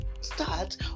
start